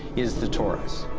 is the torus.